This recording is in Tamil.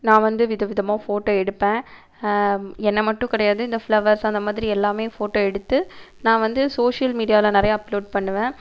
நான் வந்து வித விதமாக ஃபோட்டோ எடுப்பேன் என்ன மட்டும் கிடையாது இந்த ஃபிளவர்ஸ் அந்தமாதிரி எல்லாம் ஃபோட்டோ எடுத்து நான் வந்து சோஷியல் மீடியாவில் நிறைய அப்லோட் பண்ணுவேன்